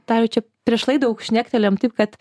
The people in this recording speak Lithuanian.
tą jau čia prieš laidą jau šnektelėjom taip kad